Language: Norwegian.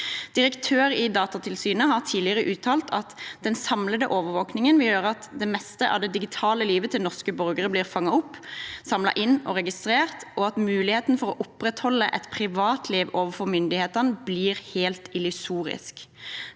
Direktøren i Datatilsynet har tidligere uttalt at den samlede overvåkningen vil gjøre at det meste av det digitale livet til norske borgere blir fanget opp, samlet inn og registrert, og at muligheten for å opprettholde et privatliv overfor myndighetene blir helt illusorisk.